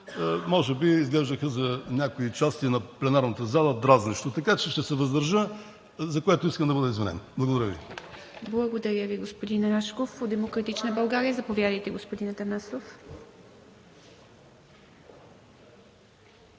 може би изглеждаха за някои части на пленарната зала дразнещи, така че ще се въздържа, за което искам да бъда извинен. Благодаря Ви. ПРЕДСЕДАТЕЛ ИВА МИТЕВА: Благодаря Ви, господин Рашков. От „Демократична България“? Заповядайте, господин Атанасов.